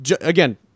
Again